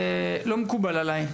לא מקובל עליי,